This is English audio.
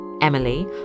Emily